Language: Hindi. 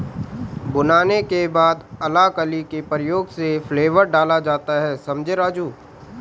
भुनाने के बाद अलाकली के प्रयोग से फ्लेवर डाला जाता हैं समझें राजु